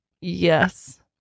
yes